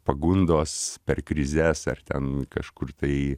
pagundos per krizes ar ten kažkur tai